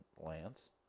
Lance